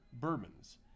bourbons